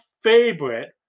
favorite